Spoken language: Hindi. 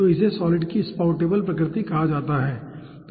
तो इसे सॉलिड की स्पाउटेबल प्रकृति कहा जाता है ठीक है